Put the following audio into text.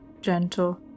gentle